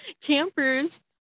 campers